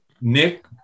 Nick